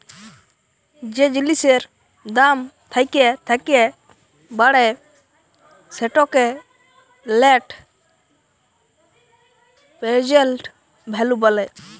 যে জিলিসের দাম থ্যাকে থ্যাকে বাড়ে সেটকে লেট্ পেরজেল্ট ভ্যালু ব্যলে